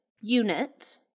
unit